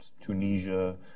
Tunisia